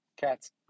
Cats